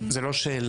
זה לא שאלה.